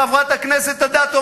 חברת הכנסת אדטו,